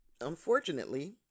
Unfortunately